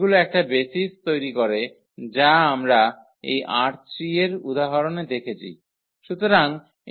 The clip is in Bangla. এগুলো একটা বেসিস তৈরি করে যা আমরা এই ℝ3 এর উদাহরনে দেখেছি